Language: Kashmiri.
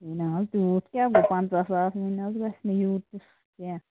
نہ حظ توٗت کیٛاہ گوٚو پَنٛژاہ ساس یہِ نہَ حظ گژھِ نہٕ یوٗت کیٚنٛہہ